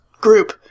group